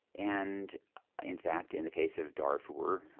and in fact, in the case of darfur,